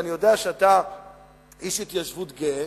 ואני יודע שאתה איש התיישבות גאה,